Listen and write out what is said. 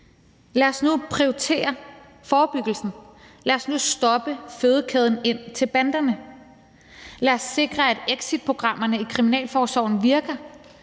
Lad os nu prioritere forebyggelsen. Lad os nu stoppe fødekæden ind til banderne. Lad os sikre, at exitprogrammerne i kriminalforsorgen virker.